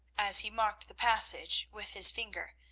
as he marked the passage with his finger,